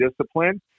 discipline